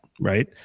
Right